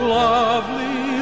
lovely